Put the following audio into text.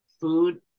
Food